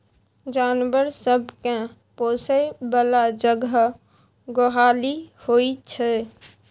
जानबर सब केँ पोसय बला जगह गोहाली होइ छै